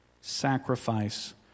sacrifice